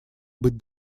быть